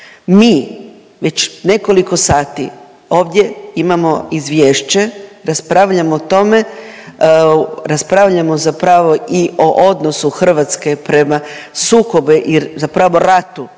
Mi već nekoliko sati ovdje imamo izvješće, raspravljamo o tome, raspravljamo zapravo i o odnosu Hrvatske prema sukobu, zapravo ratu